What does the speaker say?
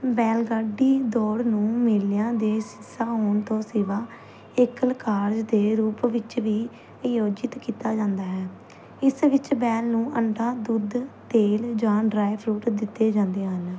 ਬੈਲਗੱਡੀ ਦੌੜ ਨੂੰ ਮੇਲਿਆਂ ਦੇ ਸਹਿਸਹਾਉਂਣ ਤੋਂ ਸਿਵਾ ਇੱਕ ਲਕਾਜ ਦੇ ਰੂਪ ਵਿੱਚ ਵੀ ਆਯੋਜਿਤ ਕੀਤਾ ਜਾਂਦਾ ਹੈ ਇਸ ਵਿੱਚ ਬੈਲ ਨੂੰ ਅੰਡਾ ਦੁੱਧ ਤੇਲ ਜਾਂ ਡਰਾਈ ਫਰੂਟ ਦਿੱਤੇ ਜਾਂਦੇ ਹਨ